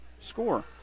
score